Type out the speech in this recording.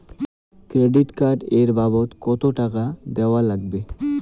Credit card এর বাবদ কতো টাকা দেওয়া লাগবে?